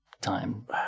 time